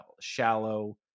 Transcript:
shallow